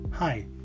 Hi